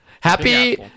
Happy